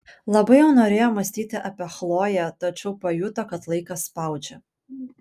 labai jau norėjo mąstyti apie chloję tačiau pajuto kad laikas spaudžia